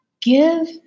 give